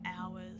hours